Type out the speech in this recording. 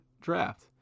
draft